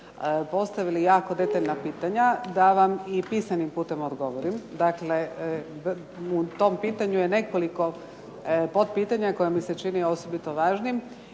postavili jako detaljna pitanja da vam i pisanim putem odgovorim. Dakle, u tom pitanju je nekoliko podpitanja koja mi se čine osobito važnim